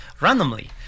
randomly